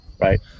right